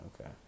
okay